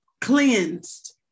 cleansed